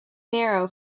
narrow